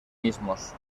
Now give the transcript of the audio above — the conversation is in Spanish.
mismos